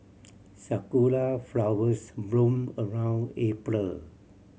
sakura flowers bloom around April